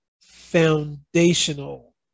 foundational